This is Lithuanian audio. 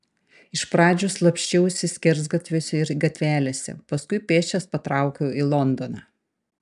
iš pradžių slapsčiausi skersgatviuose ir gatvelėse paskui pėsčias patraukiau į londoną